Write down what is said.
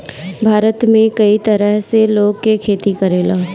भारत में कई तरह से लोग खेती करेला